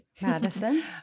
Madison